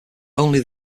only